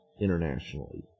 internationally